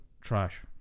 trash